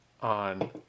On